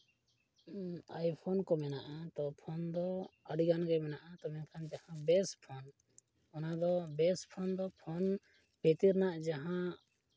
iPhone ᱠᱚ ᱢᱮᱱᱟᱜᱼᱟ ᱛᱚᱵᱮ ᱯᱷᱳᱱ ᱫᱚ ᱟᱹᱰᱤᱜᱟᱱᱜᱮ ᱢᱮᱱᱟᱜᱼᱟ ᱛᱳ ᱢᱮᱱᱠᱷᱟᱱ ᱡᱟᱦᱟᱸ ᱵᱮᱥ ᱯᱷᱳᱱ ᱚᱱᱟᱫᱚ ᱵᱮᱥ ᱯᱷᱳᱱ ᱫᱚ ᱯᱷᱳᱱ ᱵᱷᱤᱛᱤᱨ ᱨᱮᱱᱟᱜ ᱡᱟᱦᱟᱸ